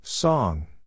Song